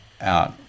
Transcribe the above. out